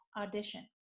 audition